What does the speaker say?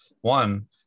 One